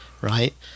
right